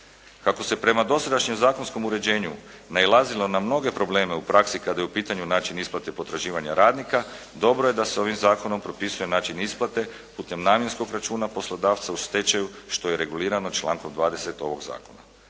Kako se prema dosadašnjem zakonskom uređenju nailazilo na mnoge probleme u praksi kada je u pitanju način isplate potraživanja radnika, dobro je da se ovim zakonom propisuje način isplate, putem namjenskog računa poslodavca u stečaju, što je regulirano člankom 20. ovog zakona.